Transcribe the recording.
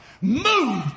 move